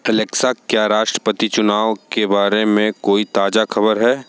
Alexa क्या राष्ट्रपति चुनाव के बारे में कोई ताज़ा ख़बर है